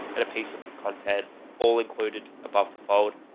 and a piece of the content all included above the fold.